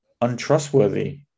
untrustworthy